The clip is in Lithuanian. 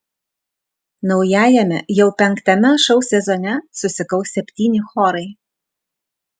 naujajame jau penktame šou sezone susikaus septyni chorai